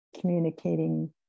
communicating